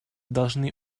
должны